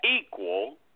equal